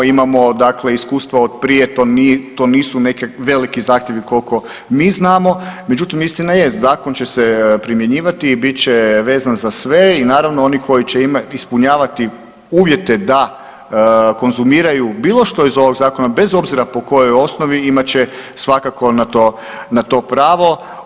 Imamo dakle iskustva od prije, to nisu neki veliki zahtjevi koliko mi znamo, međutim istina je zakon će se primjenjivati i bit će vezan za sve i naravno oni koji će ispunjavati uvjete da konzumiraju bilo što ih ovog zakona bez obzira po kojoj osnovi imat će svakako na to, na to pravo.